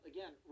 Again